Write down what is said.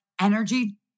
energy